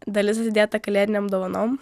dalis atidėta kalėdinėm dovanom